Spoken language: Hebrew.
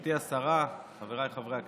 גברתי השרה, חבריי חברי הכנסת,